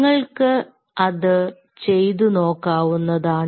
നിങ്ങൾക്ക് അത് ചെയ്തു നോക്കാവുന്നതാണ്